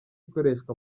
ikoreshwa